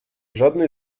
żadnej